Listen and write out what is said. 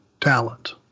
talent